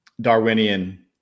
darwinian